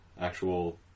actual